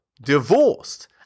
divorced